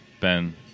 Ben